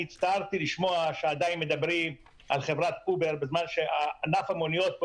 אני הצטערתי לשמוע שעדיין מדברים על חברת "אובר" בזמן שענף המוניות,